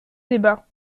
débat